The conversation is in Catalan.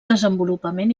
desenvolupament